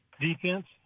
defense